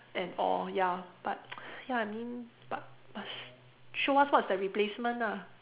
and all ya but ya I mean but must show us what's the replacement ah